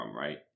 right